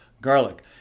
garlic